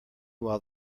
while